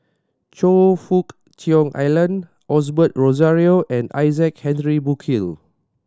Choe Fook Cheong Alan Osbert Rozario and Isaac Henry Burkill